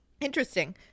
Interesting